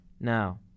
Now